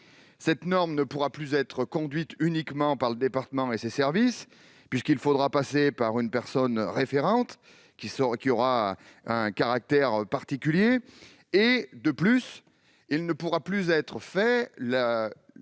cette norme. Elle ne pourra plus être conduite uniquement par le département et ses services, puisqu'il faudra passer par une personne référente, qui aura un caractère particulier. De plus, l'analyse ne pourra plus être faite